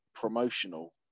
promotional